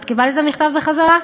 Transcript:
קיבלת את המכתב ששלחתי בחזרה?